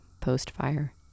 post-fire